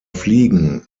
fliegen